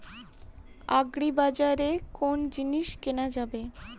আগ্রিবাজারে কোন জিনিস কেনা যাবে?